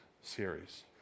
series